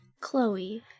Chloe